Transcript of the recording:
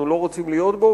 אנחנו לא רוצים להיות בו,